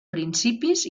principis